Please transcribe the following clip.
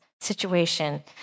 situation